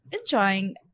enjoying